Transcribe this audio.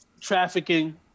Trafficking